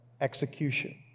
execution